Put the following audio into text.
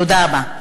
תודה רבה.